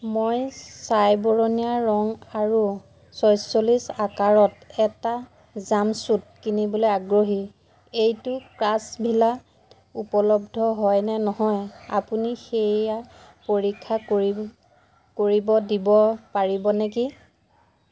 মই ছাইবৰণীয়া ৰঙ আৰু ছয়চল্লিছ আকাৰত এটা জাম্পছুট কিনিবলৈ আগ্ৰহী এইটো ক্ৰাফ্টছভিলাত উপলব্ধ হয় নে নহয় আপুনি সেয়া পৰীক্ষা কৰি কৰিব দিব পাৰিব নেকি